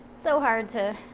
so hard to